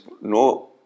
no